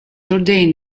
ordained